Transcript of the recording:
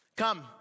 Come